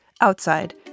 outside